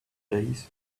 days